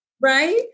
Right